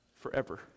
forever